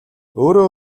өөрөө